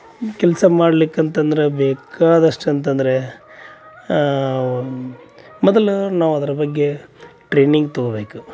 ಕೆಲಸ ಮಾಡಲಿಕ್ಕಂತಂದರೆ ಬೇಕಾದಷ್ಟು ಅಂತಂದರೆ ಮೊದಲು ನಾವು ಅದ್ರ ಬಗ್ಗೆ ಟ್ರೇನಿಂಗ್ ತಗೋಬೇಕು